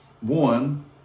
One